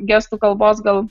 gestų kalbos gal